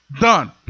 Done